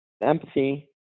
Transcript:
Empathy